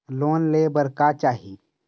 Loan ले बार का चाही?